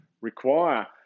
require